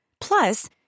Plus